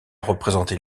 représenté